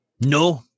No